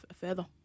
further